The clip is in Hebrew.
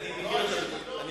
ביקורת, אולי אתה מקלקל את אהבתם?